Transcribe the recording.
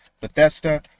Bethesda